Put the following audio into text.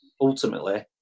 ultimately